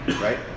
right